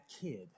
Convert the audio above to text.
kid